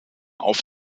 auf